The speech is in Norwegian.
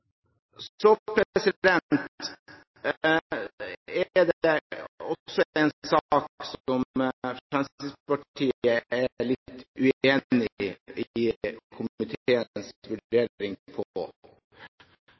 Så er det også en sak der Fremskrittspartiet er litt uenig i komiteens